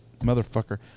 motherfucker